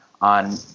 on